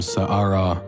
Sa'ara